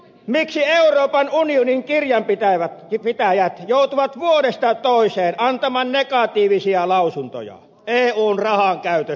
mäkiseen on huoli uuden kirjan miksi euroopan unionin kirjanpitäjät joutuvat vuodesta toiseen antamaan negatiivisia lausuntoja eun rahankäytöstä